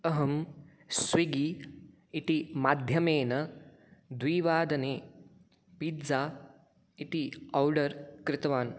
अहं स्विगी इति माध्यमेन द्विवादने पिट्ज़्ज़ा इति ओर्डर् कृतवान्